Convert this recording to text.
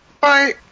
Bye